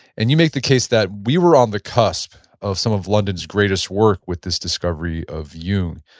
and you make the case that we were on the cusp of some of london's greatest work with this discovery of jung,